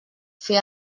fer